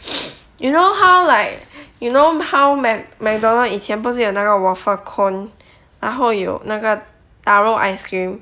you know how like you know how mac mcdonald 以前不是有那个 waffle cone 然后有那个 taro ice cream